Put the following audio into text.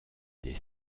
des